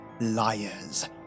liars